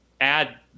add